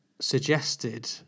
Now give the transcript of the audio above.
suggested